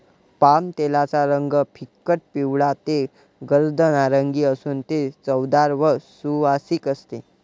पामतेलाचा रंग फिकट पिवळा ते गर्द नारिंगी असून ते चवदार व सुवासिक असते